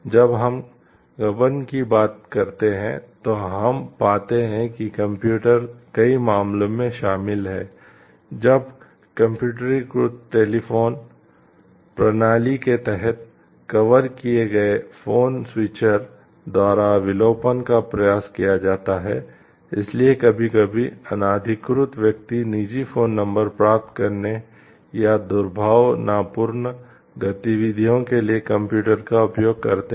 जब हम गबन की बात करते हैं तो हम पाते हैं कि कंप्यूटर का उपयोग करते हैं